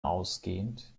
ausgehend